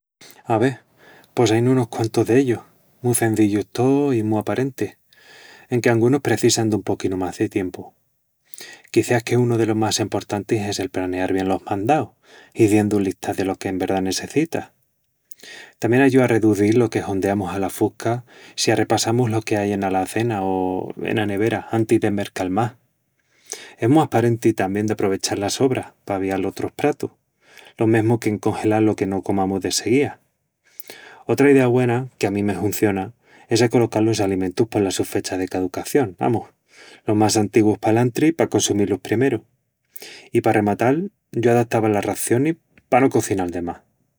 Ave... pos ain unus quantus d'ellus, mu cenzillus tós i mu aparentis, enque angunus precisan dun poquinu más de tiempu. Quiciás que unu delos más emportantis es el praneal bien los mandaus, hiziendu listas delo que en verdá nessecitas... Tamién ayúa a reduzil lo que hondeamus ala fusca si arrepassamus lo que ai ena lazena o ena nevera antis de mercal más. Es mu aparenti tamién d'aprovechal las sobras pa avial otrus pratus, lo mesmu qu'encongelal lo que no comamus desseguía. Otra idea güena, que a mí me hunciona, es acolocal los alimentus pola su fecha de caducación, amus... los más antiguus palantri pa consumí-lus primeru. I pa arrematal, yo adatava las racionis pa no cozinar de más.